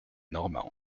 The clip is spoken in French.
normande